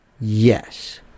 Yes